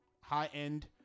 high-end